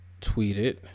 tweeted